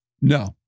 No